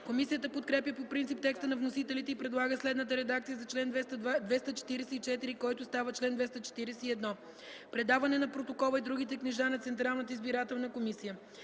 Комисията подкрепя по принцип текста на вносителите и предлага следната редакция за чл. 244, който става чл. 241: „Предаване на протокола и другите книжа на Централната избирателна комисия